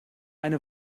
eine